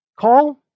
Call